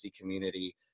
community